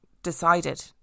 decided